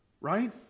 Right